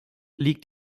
liegt